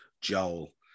Joel